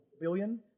billion